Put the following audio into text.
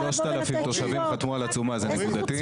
3,000 תושבים חתמו על עצומה, זה נקודתי?